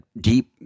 deep